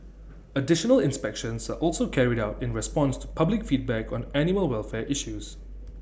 additional inspections are also carried out in response to public feedback on animal welfare issues